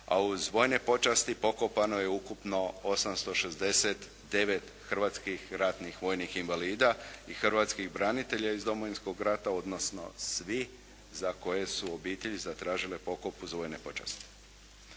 a uz vojne počasti pokopano je ukupno 869 hrvatskih ratnih vojnih invalida i hrvatskih branitelja iz Domovinskog rata, odnosno svi za koje su obitelji zatražile pokop uz vojne počasti.